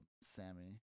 Sammy